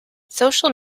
social